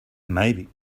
maybe